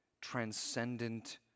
transcendent